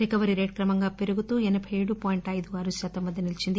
recovery rate క్రమంగా పెరుగుతూ వచ్చి ఎనబై ఏడు పాయింట్ అయిదు వారు శాతం వద్ద నిలీచింది